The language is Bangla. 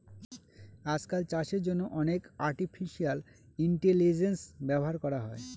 আজকাল চাষের জন্য অনেক আর্টিফিশিয়াল ইন্টেলিজেন্স ব্যবহার করা হয়